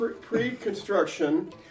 pre-construction